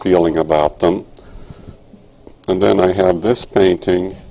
feeling about them and then i had this painting